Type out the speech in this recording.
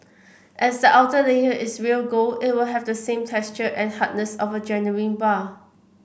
as the outer layer is real gold it will have the same texture and hardness of a genuine bar